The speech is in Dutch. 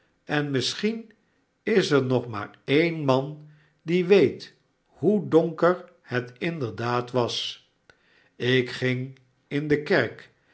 en misschien is er nog maar ee'n man die weet hoe donker het inderdaad was ik ging in de kerk